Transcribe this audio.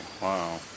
Wow